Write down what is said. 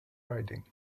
riding